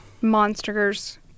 monsters